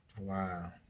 Wow